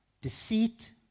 deceit